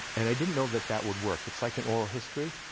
and i didn't know that that would work. it's like an oral history.